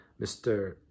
mr